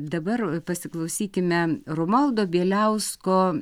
dabar pasiklausykime romualdo bieliausko